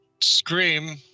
scream